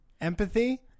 Empathy